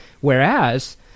Whereas